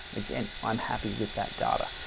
again, i'm happy with that data.